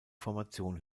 formation